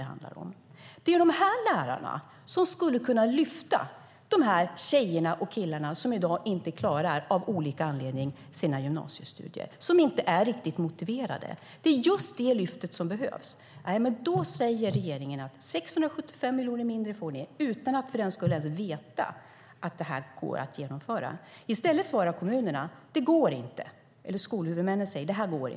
Det är de lärarna som skulle kunna lyfta de tjejer och killar som av olika anledningar inte klarar sina gymnasiestudier i dag och som inte är riktigt motiverade. Det är just det lyftet som behövs. Då säger regeringen att de får 675 miljoner mindre utan att veta om det går att genomföra. Skolhuvudmännen säger att det inte går.